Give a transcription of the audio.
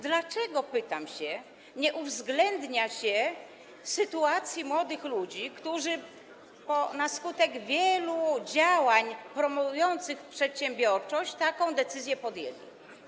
Dlaczego, pytam się, nie uwzględnia się sytuacji młodych ludzi, którzy na skutek wielu działań promujących przedsiębiorczość taką decyzję podjęli?